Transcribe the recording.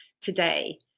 today